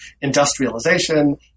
industrialization